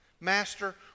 Master